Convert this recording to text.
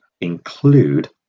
include